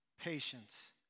patience